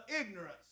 ignorance